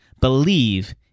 believe